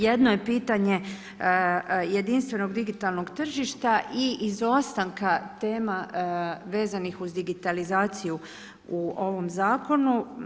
Jedno je pitanje jedinstvenog digitalnog tržišta i izostanka tema vezanih uz digitalizaciju u ovom zakonu.